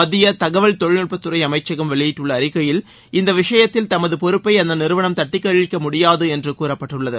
மத்திய தகவல் தொழில்நுட்பத்துறை அமைச்சகம் வெளியிட்டுள்ள அறிக்கையில் இந்த விஷயத்தில் தமது பொறுப்பை அந்த நிறுவனம் தட்டிக் கழிக்க முடியாது என்று கூறப்பட்டுள்ளது